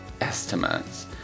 estimates